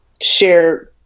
share